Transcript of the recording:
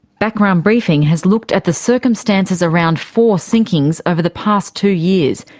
background briefing has looked at the circumstances around four sinkings over the past two years,